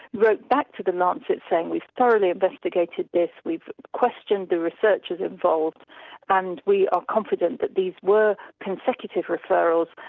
wrote back to the lancet yeah saying we've thoroughly investigated this we've questioned the researchers involved and we are confident that these were consecutive referrals.